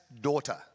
daughter